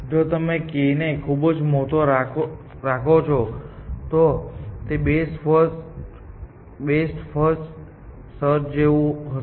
જો તમે k ને ખૂબ મોટો રાખો છો તો તે બેસ્ટ ફર્સ્ટ સર્ચ જેવું હશે